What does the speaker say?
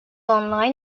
online